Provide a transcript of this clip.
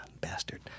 Bastard